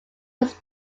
was